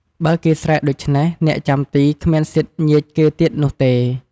បើគេស្រែកដូច្នេះ អ្នកចាំទីគ្មានសិទ្ធញៀចគេទៀតនោះទេ។